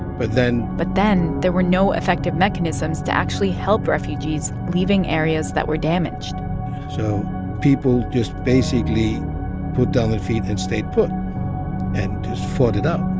but then. but then there were no effective mechanisms to actually help refugees leaving areas that were damaged so people just basically put down their feet and stayed put and fought it out